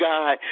God